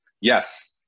Yes